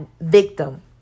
victim